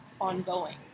ongoing